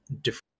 different